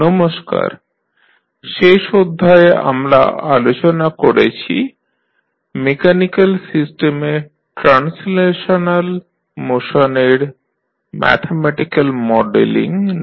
নমস্কার শেষ অধ্যায়ে আমরা আলোচনা করেছি মেকানিক্যাল সিস্টেমে ট্রান্সলেশনাল মোশনের ম্যাথমেটিক্যাল মডেলিং নিয়ে